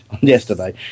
yesterday